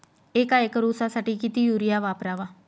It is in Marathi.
एक एकर ऊसासाठी किती युरिया वापरावा?